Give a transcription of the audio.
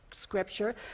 scripture